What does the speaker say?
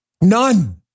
None